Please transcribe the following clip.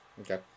okay